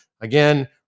again